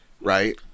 right